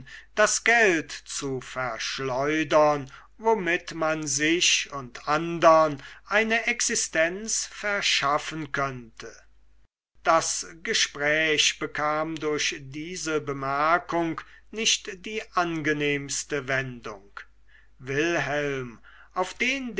das geld zu verschleudern womit man sich und andern eine existenz verschaffen könnte das gespräch bekam durch diese bemerkung nicht die angenehmste wendung wilhelm auf den